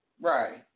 Right